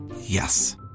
Yes